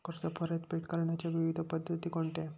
कर्ज परतफेड करण्याच्या विविध पद्धती कोणत्या?